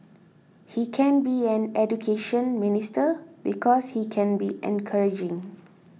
he can be an Education Minister because he can be encouraging